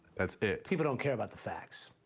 that's it. people don't care about the facts.